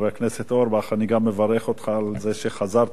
אני גם מברך אותך על זה שחזרת אלינו בריא ושלם,